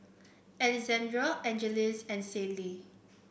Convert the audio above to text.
Alexandr Angeles and Sydell